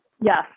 Yes